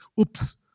Oops